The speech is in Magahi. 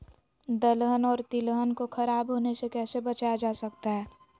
दलहन और तिलहन को खराब होने से कैसे बचाया जा सकता है?